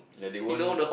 like they won't